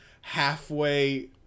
halfway